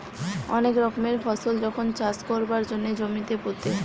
অনেক রকমের ফসল যখন চাষ কোরবার জন্যে জমিতে পুঁতে